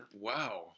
Wow